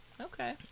okay